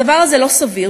הדבר הזה הוא לא סביר,